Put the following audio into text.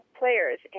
players